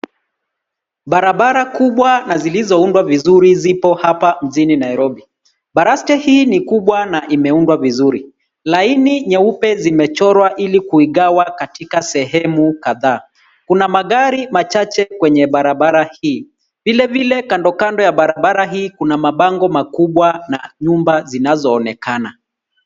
Barabara kubwa na zilizoundwa vizuri zipo hapa mjini Nairobi. Baraste hii ni kubwa na imeundwa vizuri. Laini nyeupe zimechorwa ili kuigawa katika sehemu kadhaa. Kuna magari machache kwenye barabara hii. Vile vile kando kando ya barabara hii kuna mabango makubwa na nyumba zinazoonekana.